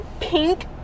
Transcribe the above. pink